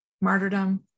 martyrdom